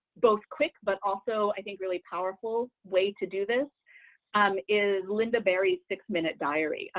both quick but also i think really powerful way to do this um is linda berry's six-minute diary.